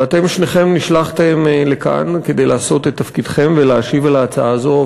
ואתם שניכם נשלחתם לכאן כדי לעשות את תפקידכם ולהשיב על ההצעה הזאת.